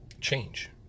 change